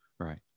Right